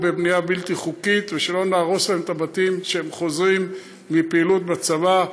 בבנייה בלתי חוקית ושלא נהרוס להם את הבתים כשהם חוזרים מפעילות בצבא.